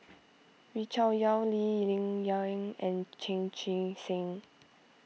Wee Cho Yaw Lee Ling Yen and Chan Chee Seng